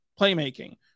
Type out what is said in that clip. playmaking